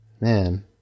Man